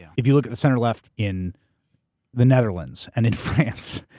yeah if you look at the center left in the netherlands, and in france,